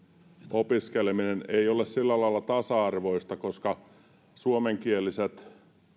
opiskeleminen ei ole sillä lailla tasa arvoista että suomenkieliset